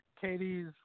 Katie's